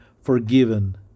forgiven